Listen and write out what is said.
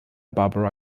barbara